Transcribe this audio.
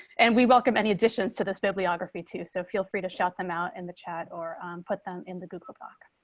and we welcome any additions to this bibliography to so feel free to shout them out in the chat or put them in the google doc.